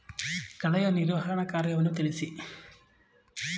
ಕಳೆಯ ನಿರ್ವಹಣಾ ಕಾರ್ಯವನ್ನು ತಿಳಿಸಿ?